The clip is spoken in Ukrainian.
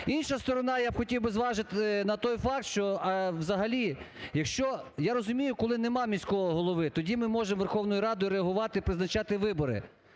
Інша сторона, я хотів би зважити на той факт, що взагалі, я розумію, коли немає міського голови, тоді ми можемо Верховною Радою реагувати, призначати вибори.